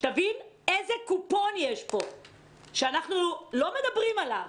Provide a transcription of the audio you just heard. שתבין איזה קופון יש פה שאנחנו לא מדברים עליו.